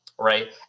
right